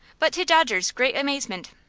but, to dodger's great amazement,